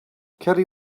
kelly